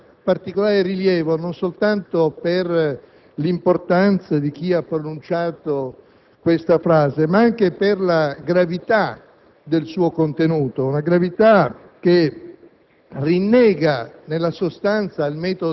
Presidente, questa dichiarazione ha particolare rilievo non soltanto per l'importanza di chi ha pronunciato questa frase, ma anche per la gravità del suo contenuto, una gravità che